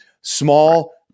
Small